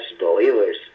believers